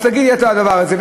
אז תגיד את הדבר הזה.